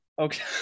Okay